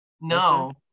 no